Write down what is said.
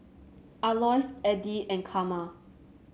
Alois Addie and Karma